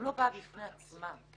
לא באה בפני עצמה.